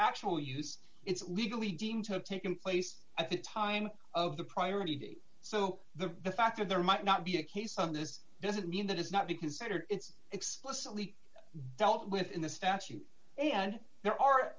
actual use it's legally deemed to have taken place at the time of the priority so the fact that there might not be a case of this doesn't mean that it's not be considered it's explicitly dealt with in the statute and there are